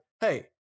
hey